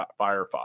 Firefox